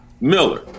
Miller